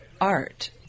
art